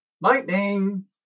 Lightning